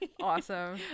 Awesome